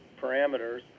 parameters